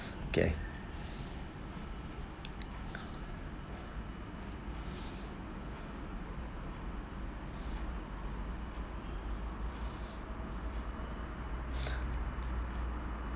okay